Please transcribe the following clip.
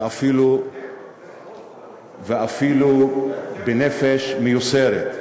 אפילו בנפש מיוסרת,